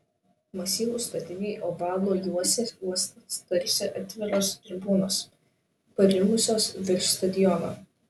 masyvūs statiniai ovalu juosė uostą tarsi atviros tribūnos parimusios virš stadiono